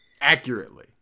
Accurately